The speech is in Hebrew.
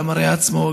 על המראה עצמו,